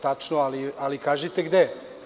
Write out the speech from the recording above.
Tačno, ali kažite gde?